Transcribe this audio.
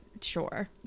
Sure